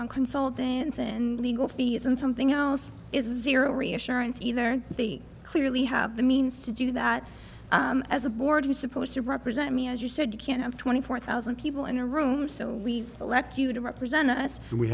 on console dance and legal fees and something else is zero reassurance either clearly have the means to do that as a board was supposed to represent me as you said you can't have twenty four thousand people in a room so we elect you to represent a us